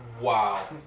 Wow